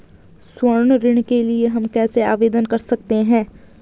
स्वर्ण ऋण के लिए हम कैसे आवेदन कर सकते हैं?